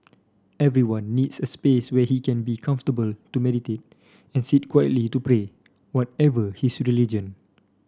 everyone needs a space where he can be comfortable to meditate and sit quietly to pray whatever his religion